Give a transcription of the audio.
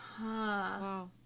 Wow